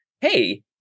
hey